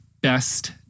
best